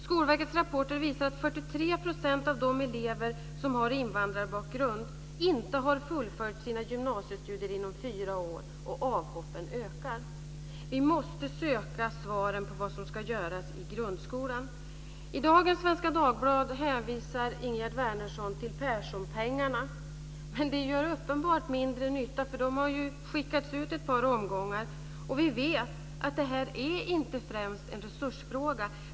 Skolverkets rapporter visar att 43 % av de elever som har invandrarbakgrund inte har fullföljt sina gymnasiestudier inom fyra år, och avhoppen ökar. Vi måste söka svaren på vad som ska göras i grundskolan. I dagens Svenska dagbladet hänvisar Ingegerd Wärnersson till Perssonpengarna, men det gör uppenbart mindre nytta, för de har ju skickats ut ett par omgångar, och vi vet att det här inte främst är en resursfråga.